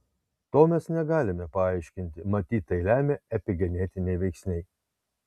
to mes negalime paaiškinti matyt tai lemia epigenetiniai veiksniai